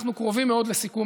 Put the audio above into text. אנחנו קרובים מאוד לסיכום,